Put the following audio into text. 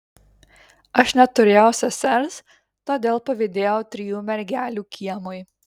aš neturėjau sesers todėl pavydėjau trijų mergelių kiemui